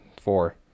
four